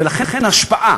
ולכן, ההשפעה